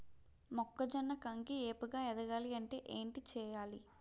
మొక్కజొన్న కంకి ఏపుగ ఎదగాలి అంటే ఏంటి చేయాలి?